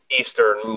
Eastern